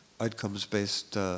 outcomes-based